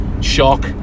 shock